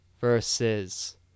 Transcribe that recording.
versus